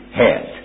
head